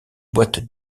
boîte